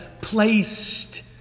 placed